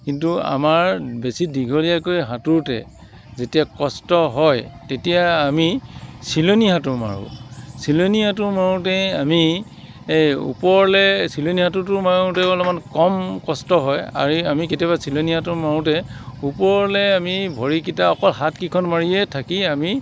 কিন্তু আমাৰ বেছি দীঘলীয়াকৈ সাঁতোৰোতে যেতিয়া কষ্ট হয় তেতিয়া আমি চিলনী সাঁতোৰ মাৰোঁ চিলনী সাঁতোৰ মাৰোঁতে আমি এই ওপৰলৈ চিলনী সাঁতোৰটো মাৰোঁতেও অলপমান কম কষ্ট হয় আৰু আমি কেতিয়াবা চিলনী সাঁতোৰ মাৰোঁতে ওপৰলৈ আমি ভৰিকেইটা অকল হাতকেইখন মাৰিয়েই থাকি আমি